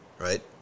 right